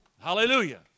Hallelujah